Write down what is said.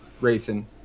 racing